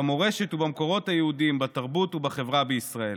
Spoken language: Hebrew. במורשת ובמקורות היהודיים ובתרבות ובחברה בישראל.